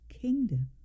kingdom